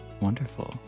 Wonderful